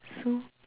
so